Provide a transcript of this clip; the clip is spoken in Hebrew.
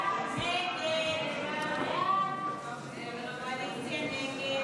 הסתייגות 114 לחלופין א לא נתקבלה.